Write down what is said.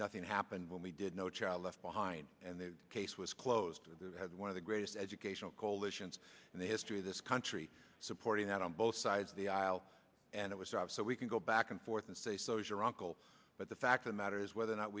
nothing happened when we did no child left behind and the case was closed as one of the greatest educational coalitions and the history of this country supporting that on both sides of the aisle and it was so we can go back and forth and say so is your uncle but the fact of the matter is whether or not